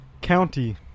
county